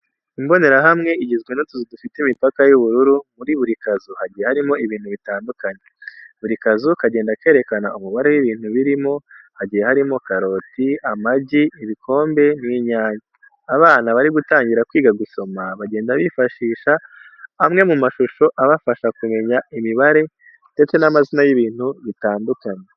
Imbonerahamwe igizwe n’utuzu dufite imipaka y'ubururu, muri buri kazu hagiye harimo ibintu bitandukanye. Buri kazu kagenda kerekana umubare w'ibintu birimo, hagiye harimo: karoti, amagi, ibikombe n'inyanya. Abana bari gutangira kwiga gusoma bagenda bifashisha amwe mu mashusho abafasha kumenya imibare ndetse n'amazina y'ibintu bitandukanye.